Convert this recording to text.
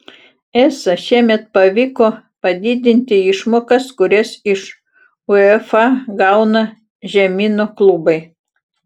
eca šiemet pavyko padidinti išmokas kurias iš uefa gauna žemyno klubai